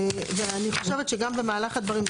ואני חושבת שגם במהלך הדברים,